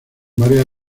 varias